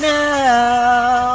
now